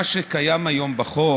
מה שקיים היום בחוק